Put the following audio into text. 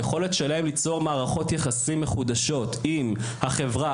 היכולת שלהם ליצור מערכות יחסים מחודשות עם החברה,